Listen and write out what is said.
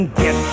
get